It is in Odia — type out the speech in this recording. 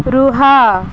ରୁହ